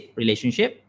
relationship